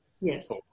Yes